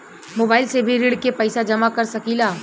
Mobile से भी ऋण के पैसा जमा कर सकी ला?